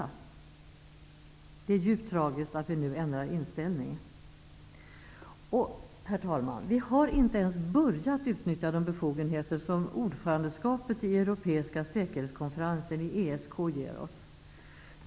Jag anser att det är djupt tragiskt att vi nu ändrar inställning. Herr talman! Vi har inte ens börjat utnyttja de befogenheter som ordförandeskapet i Europeiska säkerhetskonferensen, ESK, ger oss.